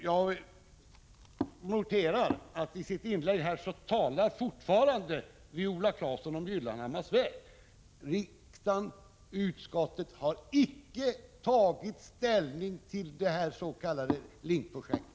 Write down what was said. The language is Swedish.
Jag noterar att Viola Claesson även i sitt senaste inlägg talade om Gyllenhammars svek. Utskottet och riksdagen har icke tagit ställning till det s.k. ScanLinkprojektet.